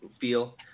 feel